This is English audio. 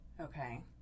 Okay